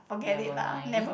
never mind